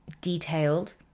detailed